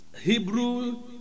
Hebrew